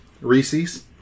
Reese's